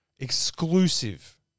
exclusive